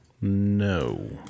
No